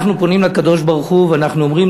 אנחנו פונים לקדוש-ברוך-הוא ואנחנו אומרים